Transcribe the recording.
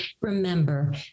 remember